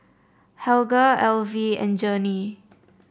Helga Elvie and Journey